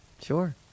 sure